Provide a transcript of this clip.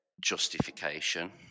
justification